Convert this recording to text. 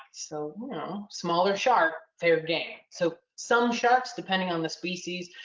so smaller shark, fair game. so some sharks, depending on the species,